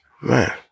Man